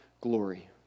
glory